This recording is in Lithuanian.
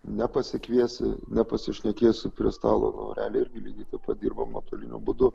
nepasikviesi nepasišnekėsi prie stalo o realiai irgi lygiai taip pat dirbam nuotoliniu būdu